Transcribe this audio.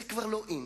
זה כבר לא in.